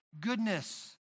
goodness